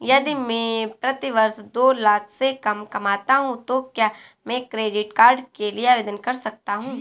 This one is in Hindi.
यदि मैं प्रति वर्ष दो लाख से कम कमाता हूँ तो क्या मैं क्रेडिट कार्ड के लिए आवेदन कर सकता हूँ?